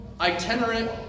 itinerant